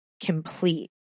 complete